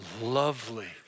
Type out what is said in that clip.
lovely